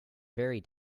very